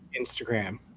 Instagram